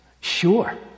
Sure